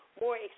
more